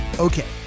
Okay